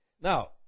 Now